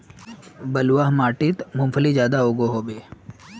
बलवाह माटित मूंगफली ज्यादा उगो होबे?